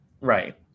Right